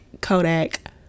Kodak